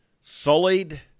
sullied